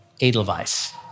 Edelweiss